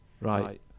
Right